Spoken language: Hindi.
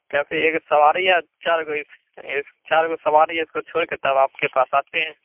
तो फिर एक सवारी है चार गो इस इस चार गो सवारी है इसको छोड़ कर तब आपके पास आते हैं